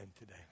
today